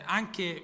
anche